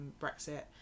Brexit